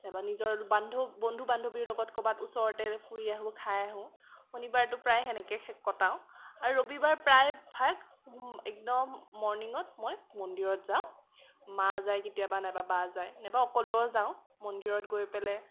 নাইবা নিজৰ বান্ধ বন্ধু বান্ধৱীৰ লগত ক'বাত ওচৰতে ফুৰি আহোঁ খাই আহোঁ শনিবাৰটো প্ৰায়ে সেনেকেই কটাওঁ আৰু ৰবিবাৰ প্ৰায়ভাগ একদম মৰ্ণিঙত মই মন্দিৰত যাওঁ মা যায় কেতিয়াবা নাইবা বা যায় নাইবা অকলেও যাওঁ মন্দিৰত গৈ পেলাই